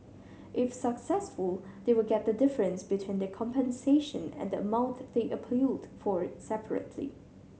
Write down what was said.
if successful they will get the difference between the compensation and the amount they appealed for separately